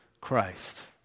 Christ